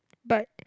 but